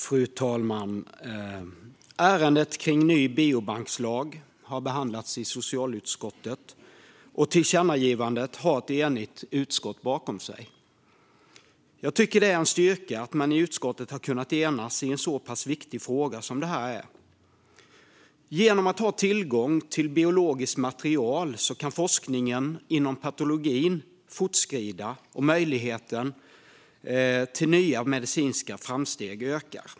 Fru talman! Ärendet om en ny biobankslag har behandlats i socialutskottet, och ett enigt utskott står bakom tillkännagivandet. Jag tycker att det är en styrka att man i utskottet har kunnat enas i en så pass viktig fråga som denna. Genom att ha tillgång till biologiskt material kan forskningen inom patologin fortskrida, och möjligheterna till nya medicinska framsteg ökar.